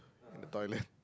the toilet